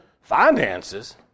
finances